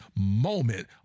moment